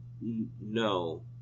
no